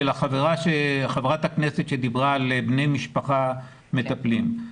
במה שדיברה חברת הכנסת על בני משפחה מטפלים.